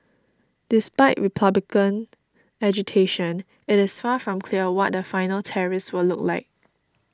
despite Republican agitation it is far from clear what the final tariffs will look like